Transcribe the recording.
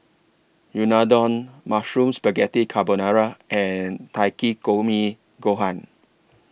Unadon Mushroom Spaghetti Carbonara and Takikomi Gohan